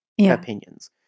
opinions